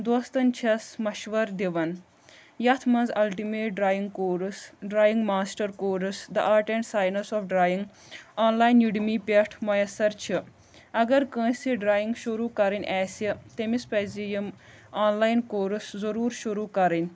دوستَن چھَس مَشوَر دِوان یَتھ منٛز ultimate drawing course drawing master course the art and science of drawing online Udemy پٮ۪ٹھ میَسّر چھِ اَگر کٲنٛسہِ ڈرایِنٛگ شروٗع کَرٕنۍ آسہِ تٔمِس پَزِ یِم آن لایِن کورٕس ضٔروٗر شروٗع کَرٕنۍ